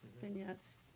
vignettes